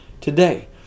today